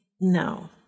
no